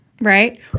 Right